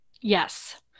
Yes